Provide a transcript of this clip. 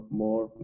more